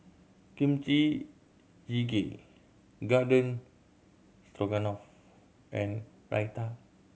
Kimchi Jjigae Garden Stroganoff and Raita